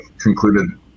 concluded